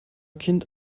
kind